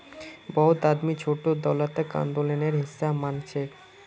बहुत आदमी छोटो दौलतक आंदोलनेर हिसा मानछेक